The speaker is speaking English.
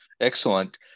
Excellent